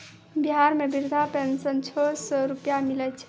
बिहार मे वृद्धा पेंशन छः सै रुपिया मिलै छै